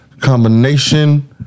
Combination